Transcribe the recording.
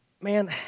Man